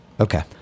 Okay